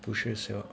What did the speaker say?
pushes you